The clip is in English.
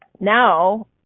Now